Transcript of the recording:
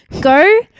Go